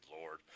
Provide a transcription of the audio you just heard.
lord